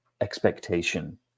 expectation